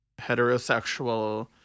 heterosexual